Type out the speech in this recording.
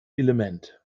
element